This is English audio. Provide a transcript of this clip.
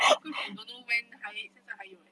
cockroach from don't know when 还现在还有 leh